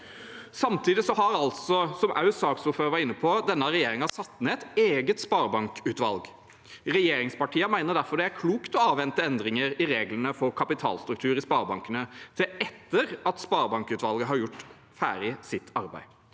var inne på – regjeringen satt ned et eget sparebankutvalg. Regjeringspartiene mener derfor det er klokt å avvente endringer i reglene for kapitalstruktur i sparebankene til etter at sparebankutvalget har gjort ferdig sitt arbeid.